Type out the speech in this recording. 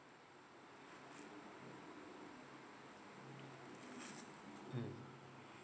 mm